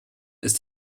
ist